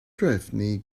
drefnu